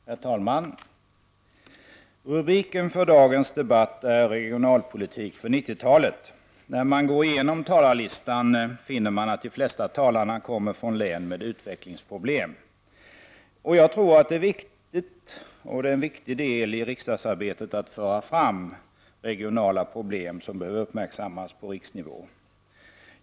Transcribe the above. Herr talman! Rubriken för dagens debatt är regionalpolitik för 90-talet. När man går igenom talarlistan finner man att de flesta talarna kommer från län med utvecklingsproblem. Jag tror att det är en viktig del i riksdagsarbetet att föra fram regionala problem som behöver uppmärksammas på riksnivå.